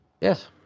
Yes